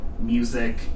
music